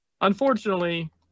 Unfortunately